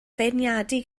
feirniadu